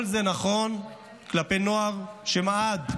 כל זה נכון כלפי נוער שמעד,